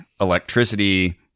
electricity